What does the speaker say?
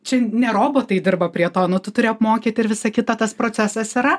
čia ne robotai dirba prie to nu tu turi apmokyt ir visa kita tas procesas yra